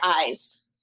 eyes